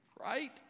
Right